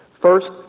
First